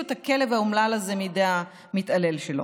את הכלב האומלל הזה מידי המתעלל בו.